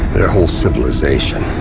their whole civilization,